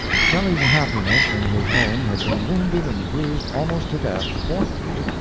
shelley's happiness in his home had been wounded and bruised almost to death, fourthly,